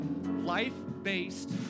life-based